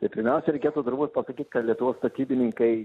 tai pirmiausia reikėtų turbūt pasakyt kad lietuvos statybininkai